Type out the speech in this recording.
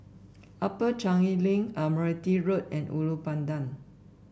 Upper Changi Link Admiralty Road and Ulu Pandan